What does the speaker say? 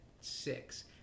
six